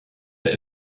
that